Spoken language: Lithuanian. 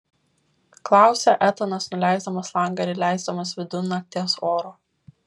klausia etanas nuleisdamas langą ir įleisdamas vidun nakties oro